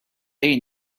they